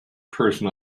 person